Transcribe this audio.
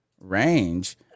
range